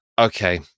okay